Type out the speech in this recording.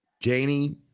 Janie